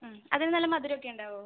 ഉം അതിന് നല്ല മധുരമൊക്കെ ഉണ്ടാവോ